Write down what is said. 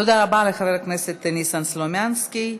תודה רבה לחבר הכנסת ניתן סלומינסקי.